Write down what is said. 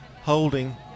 holding